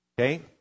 okay